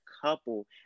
couple